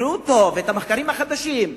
תקראו טוב את המחקרים החדשים.